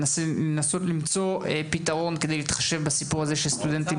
לנסות למצוא פתרון כדי להתחשב בסיפור הזה שסטודנטים